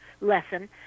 lesson